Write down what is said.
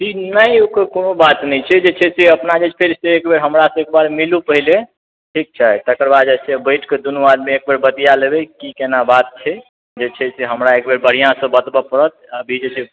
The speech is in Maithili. ई नहि ओकर कोनो बात नहि छै जे छै से अपना जे छै फेर से एक बेर हमरा से एक बेर मिलू पहिले ठीक छै तेकर बाद जे छै बैठ के दुनू आदमी एक बेर बतिआ लेबे की केना बात छै जे छै से हमरा एक बेर बढ़िऑं से बतबऽ परत आब ई जे छै से